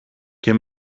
και